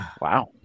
Wow